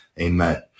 Amen